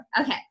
Okay